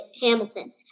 Hamilton